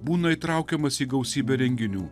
būna įtraukiamas į gausybę renginių